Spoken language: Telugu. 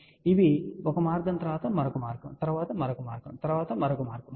కాబట్టి ఇవి ఒక మార్గం తరువాత మరొక మార్గం తరువాత మరొక మార్గం తరువాత మరొక మార్గం